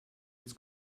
its